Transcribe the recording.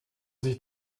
sich